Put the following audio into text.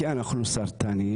כי אנחנו סרטניים.